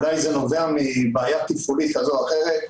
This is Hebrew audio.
אולי נובע מבעיה תפעולית כזו או אחרת.